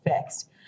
fixed